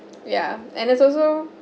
ya and there's also